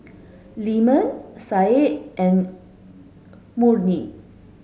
Leman Syed and Murni